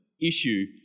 issue